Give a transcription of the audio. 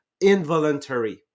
involuntary